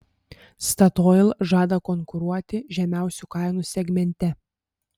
statoil žada konkuruoti žemiausių kainų segmente